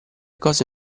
cose